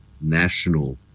national